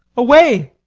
away.